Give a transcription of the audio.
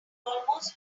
almost